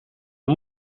een